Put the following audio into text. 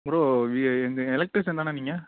bro electrician தானே நீங்கள்